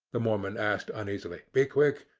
the mormon asked uneasily. be quick.